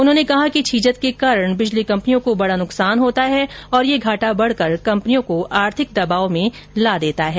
उन्होंने कहा कि छीजत के कारण बिजली कंपनियों को बड़ा नुकसान होता है और यह घाटा बढ़कर कंपनियों को आर्थिक दबाव में ला देता है